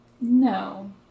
No